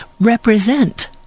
represent